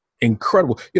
Incredible